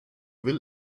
will